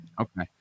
Okay